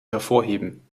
hervorheben